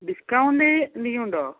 discount എന്തെങ്കിലും ഉണ്ടോ